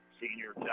Senior